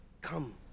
come